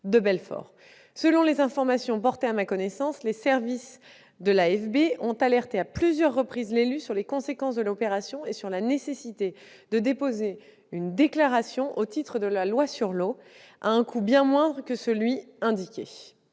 Selon les informations portées à ma connaissance, les services de l'AFB ont alerté à plusieurs reprises l'élu sur les conséquences de l'opération et sur la nécessité de déposer une déclaration au titre de la loi sur l'eau, à un coût bien moindre que celui indiqué.